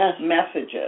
messages